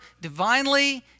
divinely